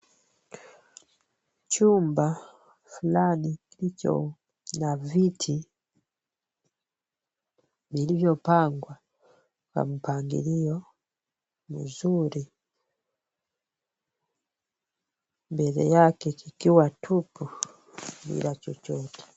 Chumba fulani kilicho na viti, vilivyopangwa kwa mpangilio mzuri, mbele yake kikiwa tupu bila chochote.